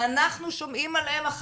שאנחנו שומעים עליהם.